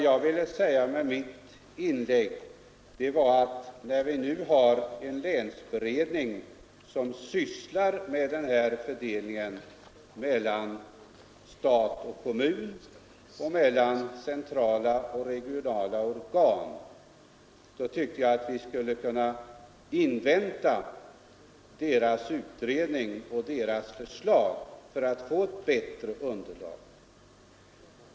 Jag ville säga med mitt inlägg att vi — när vi nu har en länsberedning, som sysslar med arbetsfördelningen mellan stat och kommun och mellan centrala och regionala organ — skulle kunna invänta dess utredning och dess förslag för att få ett bättre underlag.